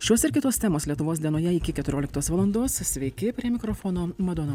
šios ir kitos temos lietuvos dienoje iki keturioliktos valandos sveiki prie mikrofono madona